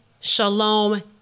Shalom